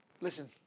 Listen